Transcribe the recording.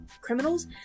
criminals